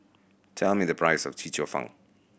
tell me the price of Chee Cheong Fun